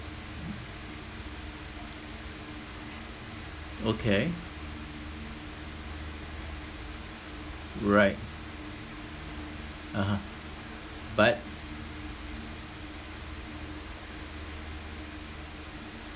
okay right (uh huh) but